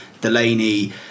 Delaney